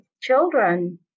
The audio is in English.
children